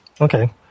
Okay